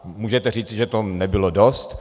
Můžete říci, že to nebylo dost.